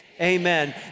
amen